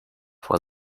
for